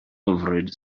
hyfryd